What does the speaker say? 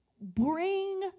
bring